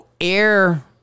air